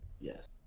Yes